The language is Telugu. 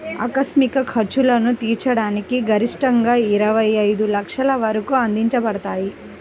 ఆకస్మిక ఖర్చులను తీర్చడానికి గరిష్టంగాఇరవై ఐదు లక్షల వరకు అందించబడతాయి